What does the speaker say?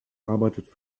arbeitet